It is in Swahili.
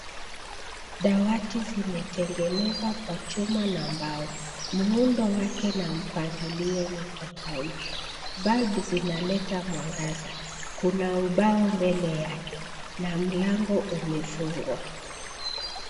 Dawati zimetengenezwa kwa chuma na mbao. Muundo wake na mpangilio ni tofauti. Bulb zinaleta mwangaza. Kuna ubao mbele yake na mlango umefungwa.